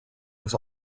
was